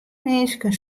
minsken